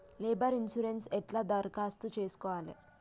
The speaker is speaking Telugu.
లేబర్ ఇన్సూరెన్సు ఎట్ల దరఖాస్తు చేసుకోవాలే?